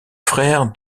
frère